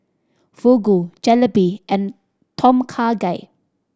Fugu Jalebi and Tom Kha Gai